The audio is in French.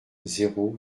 zéro